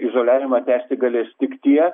izoliavimą tęsti galės tik tie